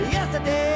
Yesterday